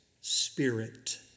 spirit